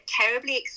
terribly